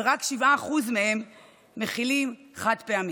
ורק 7% מהן מכילים חד-פעמי.